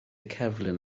cerflun